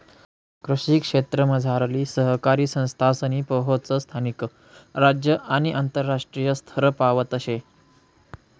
कृषी क्षेत्रमझारली सहकारी संस्थासनी पोहोच स्थानिक, राज्य आणि आंतरराष्ट्रीय स्तरपावत शे